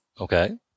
okay